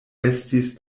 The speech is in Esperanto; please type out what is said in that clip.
estis